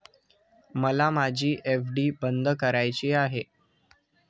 मला माझी एफ.डी बंद करायची आहे